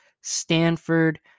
Stanford